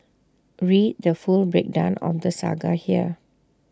read the full breakdown of the saga here